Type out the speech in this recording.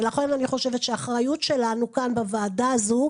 לכן אני חושבת שהאחריות שלנו כאן בוועדה הזו,